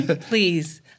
please